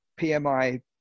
PMI